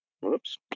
Whoops